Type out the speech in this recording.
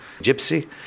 Gypsy